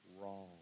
wrong